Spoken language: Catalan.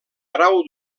grau